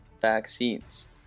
vaccines